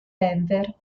denver